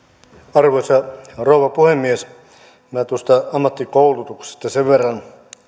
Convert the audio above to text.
arvoisa rouva puhemies minä tuosta ammattikoulutuksesta sen verran kun